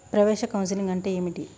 ప్రవేశ కౌన్సెలింగ్ అంటే ఏమిటి?